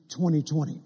2020